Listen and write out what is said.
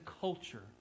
culture